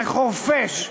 לחורפיש,